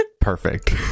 perfect